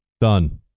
Done